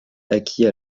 acquis